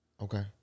Okay